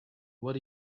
what